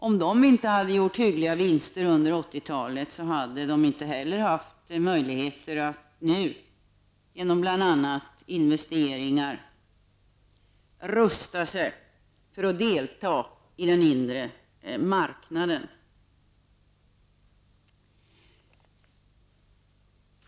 Om de inte hade gjort hyggliga vinster under 80-talet hade de heller inte haft möjligheter att nu genom bl.a. investeringar rusta sig för att delta i den inre marknaden.